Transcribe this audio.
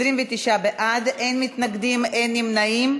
29 בעד, אין מתנגדים, אין נמנעים.